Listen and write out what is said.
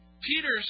Peter's